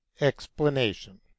explanation